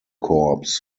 corps